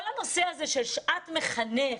כל הנושא הזה של שעת מחנך,